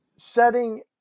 setting